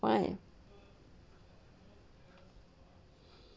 why